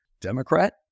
Democrat